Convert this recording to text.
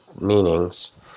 meanings